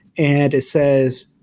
and it says,